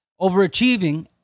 overachieving